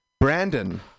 Brandon